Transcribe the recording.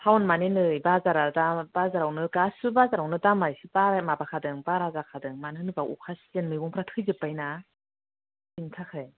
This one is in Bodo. टाउन मानि नै बाजारा दा बाजारावनो गासिबो बाजारावनो दामा एसे बाराय माबाखादों बारा जाखादों मानो होनोब्ला अखा सिजोन मैगंफ्रा थैजोबबायना बिनि थाखाय